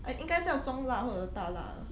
I 应该叫中辣或者大辣